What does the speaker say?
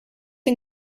and